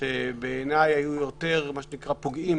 שבעיניי היו יותר פוגעים